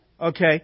Okay